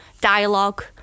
dialogue